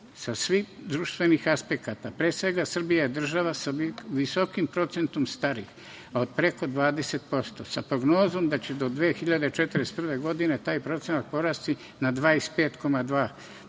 Sa svih društvenih aspekata pre svega Srbija je država sa visokim procentom starijih, od preko 20%, sa prognozom da će do 2041. godine taj procenat porasti na 25,2%.